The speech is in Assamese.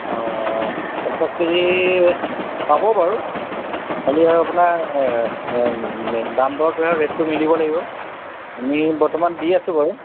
অঁ পঞ্চাছ কেজি পাব বাৰু খালী আৰু আপোনাৰ দাম দৰটোহে আৰু ৰে'টটো মিলিব লাগিব আমি বৰ্তমান দি আছোঁ বাৰু